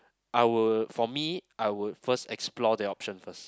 I would for me I would first explore the option first